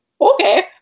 okay